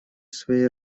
своей